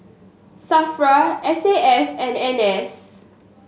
SAFRA S A F and N S